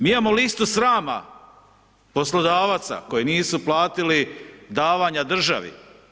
Mi imamo listu srama poslodavaca koji nisu platili davanja državi.